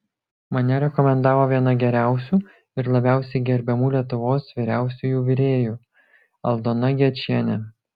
mane rekomendavo viena geriausių ir labiausiai gerbiamų lietuvos vyriausiųjų virėjų aldona gečienė